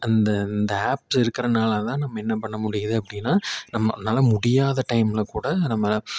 அந்த அந்த ஆப்ஸ் இருக்கிறதனால தான் நம்ம என்ன பண்ண முடியுது அப்படினா நம்மளால முடியாத டைமில் கூட நம்ம